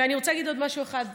אני רוצה להגיד עוד משהו אחד.